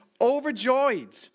overjoyed